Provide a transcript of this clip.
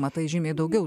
matai žymiai daugiau